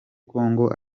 congo